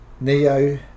Neo